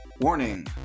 Warning